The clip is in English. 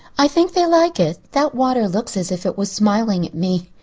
i think they like it. that water looks as if it was smiling at me.